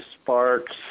sparks